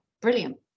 brilliant